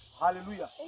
Hallelujah